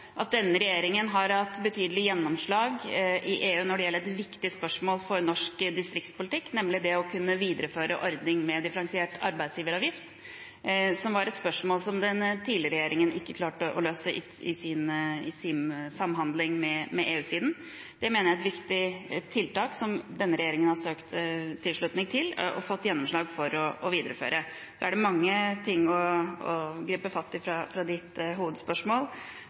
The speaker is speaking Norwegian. at denne regjeringen har hatt betydelig gjennomslag i EU når det gjelder et viktig spørsmål for norsk distriktspolitikk, nemlig det å kunne videreføre ordningen med differensiert arbeidsgiveravgift, som var et spørsmål som den tidligere regjeringen ikke klarte å løse i sin samhandling med EU-siden. Det mener jeg er et viktig tiltak som denne regjeringen har søkt tilslutning til og fått gjennomslag for å videreføre. Det er mange ting å gripe fatt i i representantens spørsmål. I artikkel 19-forhandlingene har vi økt for noe import fra